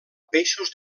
peixos